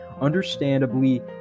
Understandably